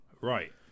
right